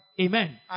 Amen